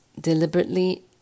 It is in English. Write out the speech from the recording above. deliberately